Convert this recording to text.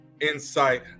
insight